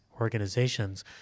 organizations